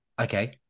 okay